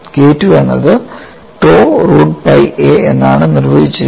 K II എന്നത് tau root pi a എന്നാണ് നിർവചിച്ചിരിക്കുന്നത്